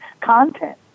content